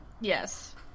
Yes